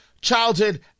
childhood